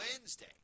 Wednesday